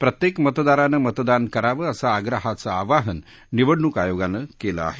प्रत्येक मतदारानं मतदान करावं असं आग्रहाचं आवाहन निवडणूक आयोगानं केलं आहे